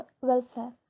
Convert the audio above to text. welfare